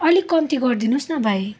अलिक कम्ती गरिदिनुहोस् न भाइ